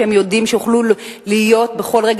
יודעים שבכל רגע הם יכולים להיות מוקפצים.